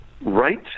right